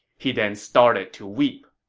he then started to weep